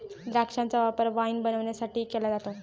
द्राक्षांचा वापर वाईन बनवण्यासाठीही केला जातो